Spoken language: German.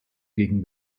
gegen